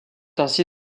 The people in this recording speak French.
ainsi